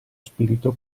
spirito